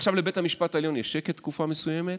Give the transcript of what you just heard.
עכשיו לבית המשפט העליון יש שקט תקופה מסוימת.